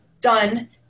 done